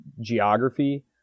geography